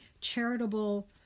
charitable